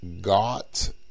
got